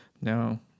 No